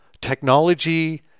Technology